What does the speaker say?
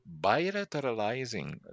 bilateralizing